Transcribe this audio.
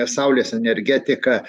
saulės energetiką